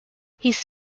his